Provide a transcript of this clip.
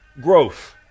growth